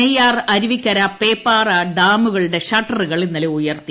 നെയ്യാർ അരുവിക്കര പേപ്പാറ ഡാമുകളുടെ ഷട്ടറുകൾ ഇന്നലെ ഉയർത്തി